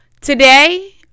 Today